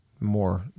more